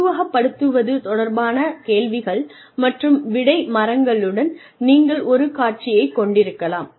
உருவகப்படுத்துவது தொடர்பான கேள்விகள் மற்றும் விடை மரங்களுடன் நீங்கள் ஒரு காட்சியைக் கொண்டிருக்கலாம்